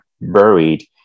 buried